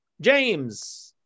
James